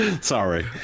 Sorry